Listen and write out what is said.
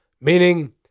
meaning